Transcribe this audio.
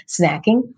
snacking